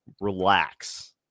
relax